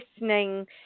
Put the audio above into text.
listening